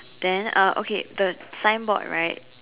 then uh okay the signboard right